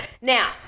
Now